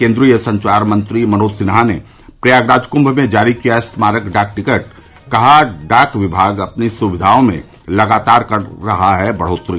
केन्द्रीय संचार मंत्री मनोज सिन्हा ने प्रयागराज कंभ में जारी किया स्मारक डाक टिकट कहा डाक विभाग अपनी सुविधाओं में लगातार कर रहा है बढ़ोत्तरी